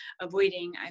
avoiding